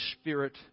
Spirit